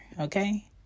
okay